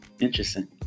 interesting